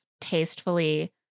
tastefully